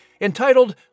entitled